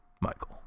michael